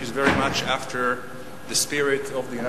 which is very much after the spirit of the United